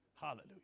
Hallelujah